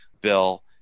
bill